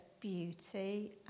beauty